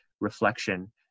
reflection